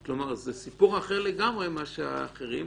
זה סיפור אחר לגמרי מאחרים.